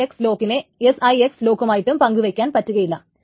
SIX ലോക്കിനെ SIX ലോക്കുമായിട്ടും പങ്കു വയ്ക്കുവാൻ പറ്റുകയില്ല